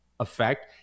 effect